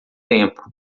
tempo